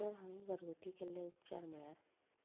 तर आमीं घरगुती केल्ले उपचार म्हणल्यार